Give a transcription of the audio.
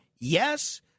yes